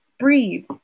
Breathe